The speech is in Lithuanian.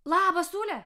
labas ule